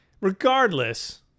Regardless